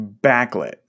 Backlit